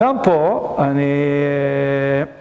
גם פה, אני...